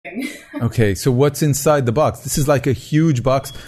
אוקיי so what's inside the box this is like a huge box.